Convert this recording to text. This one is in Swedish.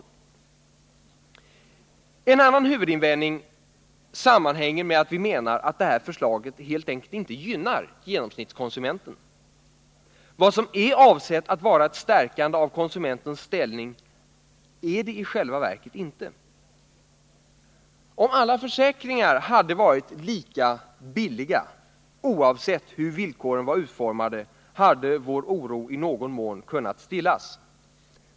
Nr 56 En annan huvudinvändning sammanhänger med att vi menar att det här Tisdagen den förslaget helt enkelt inte gynnar genomsnittskonsumenten. Vad som är 18 december 1979 avsett att vara ett stärkande av konsumentens ställning blir i själva verket inte det. Om alla försäkringar hade varit lika billiga oavsett hur villkoren var utformade hade vår oro i någon mån kunnat stillas.